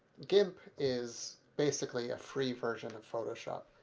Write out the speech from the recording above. gimp is basically a free version of photoshop.